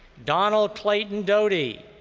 donald clayton dodie.